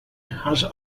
has